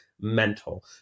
mental